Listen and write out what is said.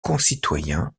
concitoyens